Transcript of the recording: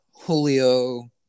Julio